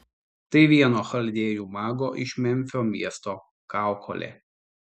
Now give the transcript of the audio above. tai vieno chaldėjų mago iš memfio miesto kaukolė